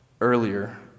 Earlier